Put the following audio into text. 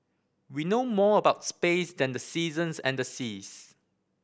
we know more about space than the seasons and the seas